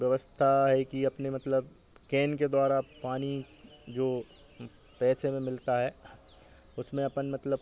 व्यवस्था है कि अपने मतलब कैन के द्वारा पानी जो पैसे में मिलता है उसमें अपन मतलब